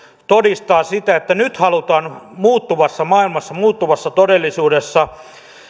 todistaa sitä että nyt halutaan muuttuvassa maailmassa muuttuvassa todellisuudessa